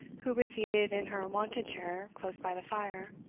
who was seated in her wonted chair close by the fire,